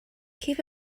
keep